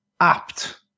apt